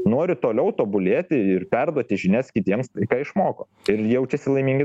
nori toliau tobulėti ir perduoti žinias kitiems tai ką išmoko ir jaučiasi laimingi